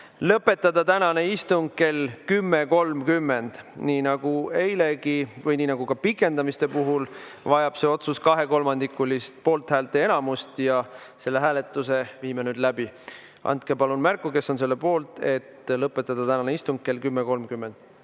lõpetada tänane istung kell 10.30. Nii nagu eilegi või nii nagu ka pikendamiste puhul vajab see otsus kahekolmandikulist poolthäälte enamust ja selle hääletuse viime nüüd läbi. Andke palun märku, kes on selle poolt, et lõpetada tänane istung kell 10.30